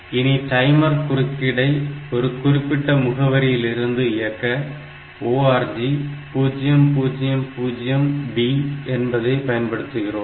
இனி டைமர் குறுக்கீட்டை ஒரு குறிப்பிட்ட முகவரியிலிருந்து இயக்க ORG 000B என்பதை பயன்படுத்துகிறோம்